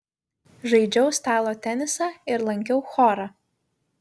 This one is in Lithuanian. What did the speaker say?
žaidžiau stalo tenisą ir lankiau chorą